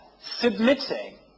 submitting